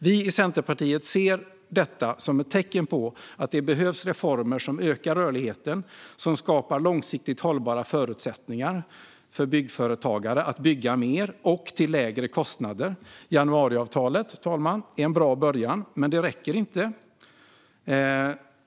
Vi i Centerpartiet ser detta som ett tecken på att det behövs reformer som ökar rörligheten och som skapar långsiktigt hållbara förutsättningar för byggföretagare att bygga mer och till lägre kostnader. Januariavtalet, fru talman, är en bra början, men det räcker inte.